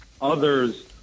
Others